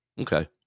okay